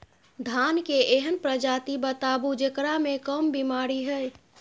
धान के एहन प्रजाति बताबू जेकरा मे कम बीमारी हैय?